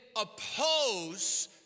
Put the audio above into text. oppose